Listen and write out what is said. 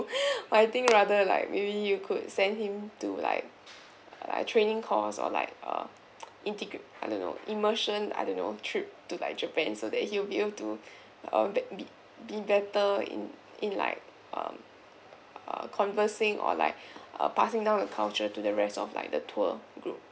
I think rather like maybe you could send him to like like training course or like err integrat~ I don't know immersion I don't know trip to like japan so that he'll be able to uh be~ be be better in in like um uh conversing or like uh passing down the culture to the rest of like the tour group